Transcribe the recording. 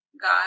God